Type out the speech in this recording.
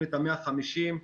תוכניות ה-150,